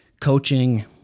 coaching